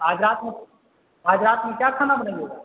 آج رات میں آج رات میں کیا کھانا بنائیے گا